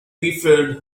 refilled